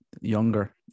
younger